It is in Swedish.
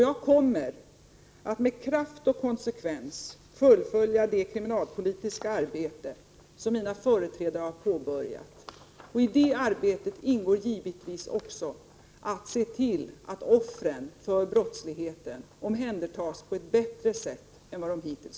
Jag kommer att med kraft och konsekvens fullfölja det kriminalpolitiska arbete som mina företrädare har påbörjat. I det arbetet ingår givetvis också att se till att offren för brottsligheten tas om hand på ett bättre sätt än hittills.